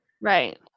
Right